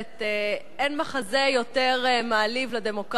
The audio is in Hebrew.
הנני מתכבד להודיע,